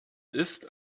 ist